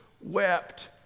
wept